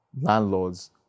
landlords